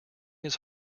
his